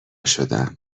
شدم